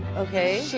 okay.